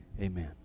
amen